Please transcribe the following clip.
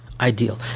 ideal